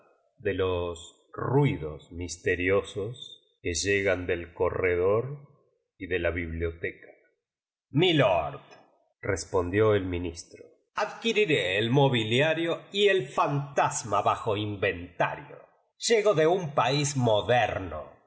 de los ruidos misteriosos que lle gan del corredor y de la biblioteca mi lord respondió el ministro ad quiriré el mobiliario y d fantasma bajo in venta río llego de un país moderno en